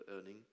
earning